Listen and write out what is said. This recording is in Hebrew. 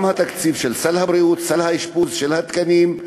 גם התקציב של סל הבריאות, סל האשפוז, התקנים,